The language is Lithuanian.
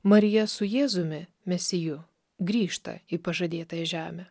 marija su jėzumi mesiju grįžta į pažadėtąją žemę